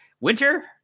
Winter